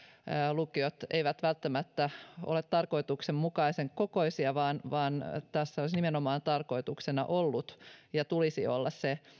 lukiot eivät välttämättä ole tarkoituksenmukaisen kokoisia vaikka tässä olisi tarkoituksena ollut ja tulisi olla nimenomaan se